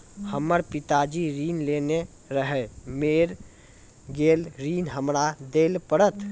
हमर पिताजी ऋण लेने रहे मेर गेल ऋण हमरा देल पड़त?